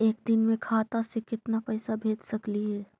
एक दिन में खाता से केतना पैसा भेज सकली हे?